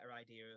idea